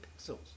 pixels